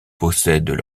possèdent